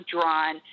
drawn